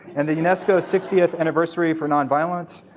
and the unesco's sixtieth anniversary for nonviolence,